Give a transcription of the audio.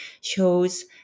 shows